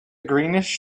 greenish